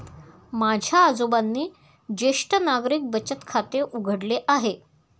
माझ्या आजोबांनी ज्येष्ठ नागरिक बचत खाते उघडले आहे